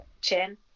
chin